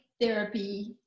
therapy